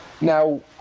Now